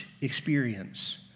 experience